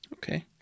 Okay